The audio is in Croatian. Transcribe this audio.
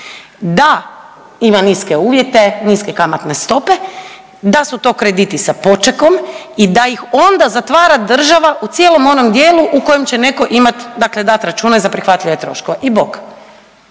da ima niske uvjete, niske kamatne stope, da su to krediti sa počekom i da ih onda zatvara država u cijelom onom dijelu u kojem će netko imati, dakle dat račune za prihvatljive troškove i bok